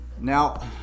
Now